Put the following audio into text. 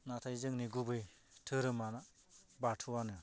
नाथाय जोंनि गुबै धोरोमा बाथौआनो